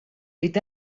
est